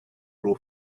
grow